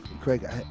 Craig